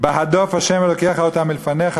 "בהדֹף ה' אלוקיך אֹתם מלפניך לאמֹר,